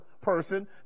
person